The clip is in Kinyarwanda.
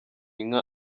inka